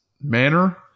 manner